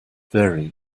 very